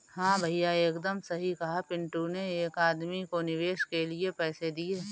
हां भैया एकदम सही कहा पिंटू ने एक आदमी को निवेश के लिए पैसे दिए